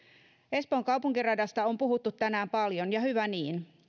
espoon kaupunkiradasta on puhuttu tänään paljon ja hyvä niin